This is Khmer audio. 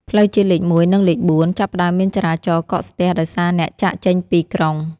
ផ្លូវជាតិលេខ១ និងលេខ៤ ចាប់ផ្ដើមមានចរាចរណ៍កកស្ទះដោយសារអ្នកចាកចេញពីក្រុង។